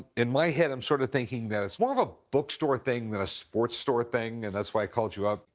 in my head, i'm sort of thinking that it's more of a bookstore thing than a sports store thing. and that's why i called you up.